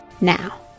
now